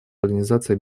организации